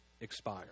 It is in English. expire